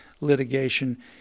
litigation